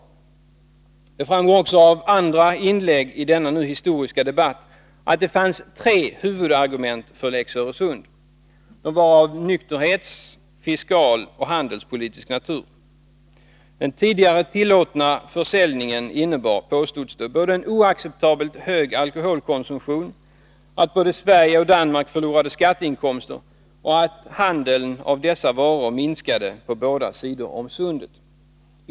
Det framgår också av andra inlägg i denna nu historiska debatt att det fanns tre huvudargument för lex Öresund. De var av nykterhetskaraktär samt av fiskaloch handelspolitisk natur. Den tidigare tillåtna försäljningen innebar — påstods det — en oacceptabelt hög alkoholkonsumtion, att både Sverige och Danmark förlorade skatteinkomster och att handeln med dessa varor minskade på båda sidor om sundet.